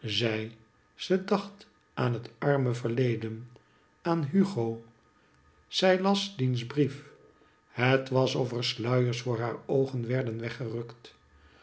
zij ze dacht aan het arme verleden aan hugo zij las diens brief het was of er skiers voor haar oogen werden